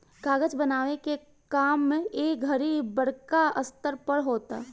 कागज बनावे के काम ए घड़ी बड़का स्तर पर होता